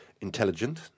intelligent